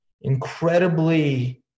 incredibly